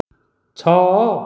ଛଅ